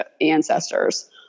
ancestors